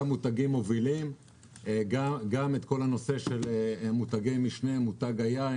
גם מותגים מובילים וגם כל הנושא של מותגי משנה כמו מותג היין